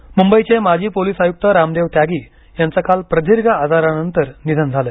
त्यागी मुंबईचे माजी पोलीस आयुक्त रामदेव त्यागी यांचं काल प्रदीर्घ आजारानंतर निधन झालं